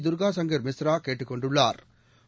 தூ்கா சங்கள் மிஸ்ரா கேட்டுக் கொண்டுள்ளாா்